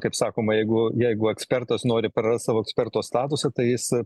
kaip sakoma jeigu jeigu ekspertas nori prarast savo eksperto statusą tai jis